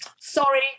sorry